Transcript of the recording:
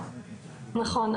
נכון.